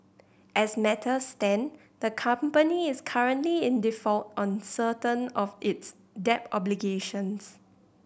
as matters stand the company is currently in default on certain of its debt obligations